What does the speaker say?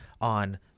on